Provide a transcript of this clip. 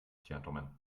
gentlemen